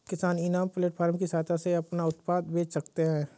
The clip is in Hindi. किसान इनाम प्लेटफार्म की सहायता से अपना उत्पाद बेच सकते है